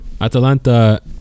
Atalanta